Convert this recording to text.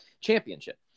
championship